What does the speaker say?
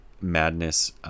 madness